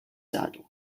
saddle